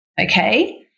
okay